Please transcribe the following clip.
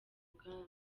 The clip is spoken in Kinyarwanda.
bwami